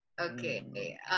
Okay